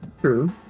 true